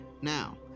now